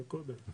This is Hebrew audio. תפאדל.